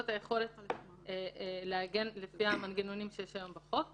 את היכולת להגן באמצעות המנגנונים שיש היום בחוק.